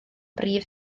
brif